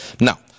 Now